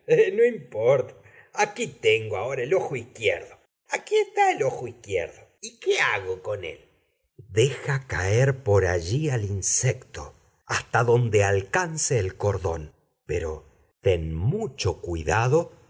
no importa aquí tengo ahora el ojo isquierdo aquí etá el ojo isquierdo qué ago con él deja caer por allí al insecto hasta donde alcance el cordón pero ten mucho cuidado